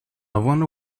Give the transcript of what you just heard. wonder